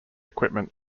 equipment